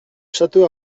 château